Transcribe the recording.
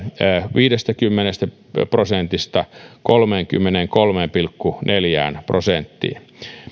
viidestäkymmenestä prosentista kolmeenkymmeneenkolmeen pilkku neljään prosenttiin